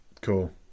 Cool